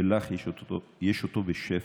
ולך יש אותו בשפע.